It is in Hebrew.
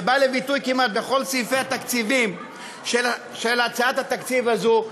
זה בא לידי ביטוי כמעט בכל סעיפי התקציבים של הצעת התקציב הזאת,